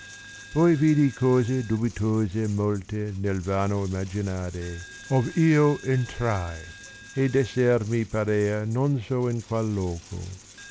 poi vidi cose dobitose molte nel vano immaginare ov io entrai e d esser mi parea non so in qnal loco